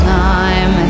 time